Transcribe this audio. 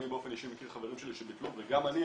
אני באופן אישי מכיר חברים שלי שביטלו וגם אני,